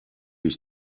ich